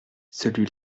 celui